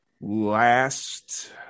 last